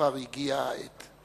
כבר הגיעה העת?